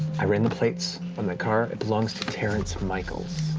i ran the plates on that car, it belongs to terrence michaels.